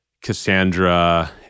Cassandra